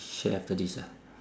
share after this lah